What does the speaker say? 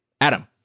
Adam